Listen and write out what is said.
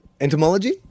Entomology